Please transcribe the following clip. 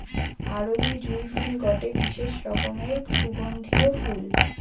আরবি জুঁই ফুল গটে বিশেষ রকমের সুগন্ধিও ফুল